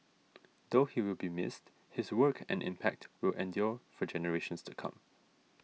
though he will be missed his work and impact will endure for generations to come